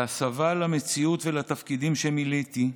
בהסבה למציאות ולתפקידים שמילאתי,